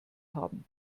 haben